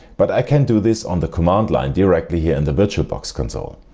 but i can do this on the commandline directly here in the virtualbox console.